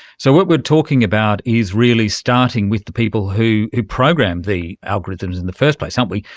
so what we're talking about is really starting with the people who who program the algorithms in the first place, aren't we,